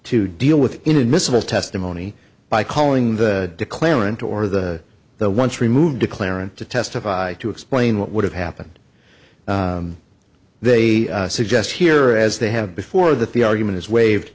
to deal with inadmissible testimony by calling the declarant or the the once removed declarant to testify to explain what would have happened they suggest here as they have before that the argument is waived